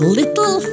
little